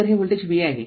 तरहे voltage Va आहे